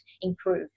improve